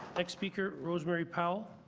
next speaker rosemary powell.